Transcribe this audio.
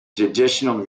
traditional